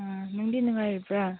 ꯎꯝ ꯅꯪꯗꯤ ꯅꯨꯡꯉꯥꯏꯔꯤꯕ꯭ꯔꯥ